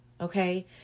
okay